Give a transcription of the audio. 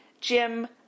Jim